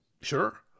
Sure